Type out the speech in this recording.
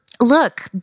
look